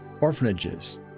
orphanages